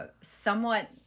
somewhat